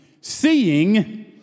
Seeing